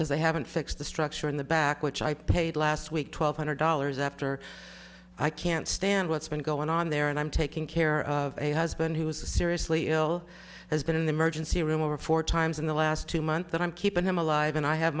because they haven't fixed the structure in the back which i paid last week twelve hundred dollars after i can't stand what's been going on there and i'm taking care of a husband who is a seriously ill has been in the mergence he room over four times in the last two months that i'm keeping him alive and i have